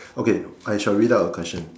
okay I shall read out the question